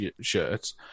shirts